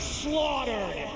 slaughtered